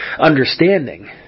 understanding